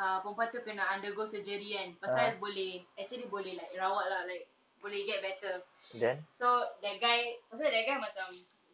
err perempuan tu kena undergo surgery kan pasal boleh actually boleh like rawat lah like boleh get better so that guy pasal that guy macam